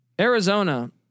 Arizona